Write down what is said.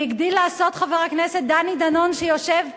הגדיל לעשות חבר הכנסת דני דנון, שיושב פה: